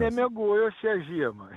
nemiegojo šią žiemą